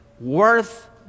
worth